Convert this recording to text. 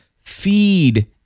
feed